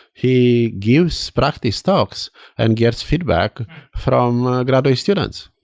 he gives practice talks and gets feedback from graduate students.